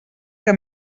que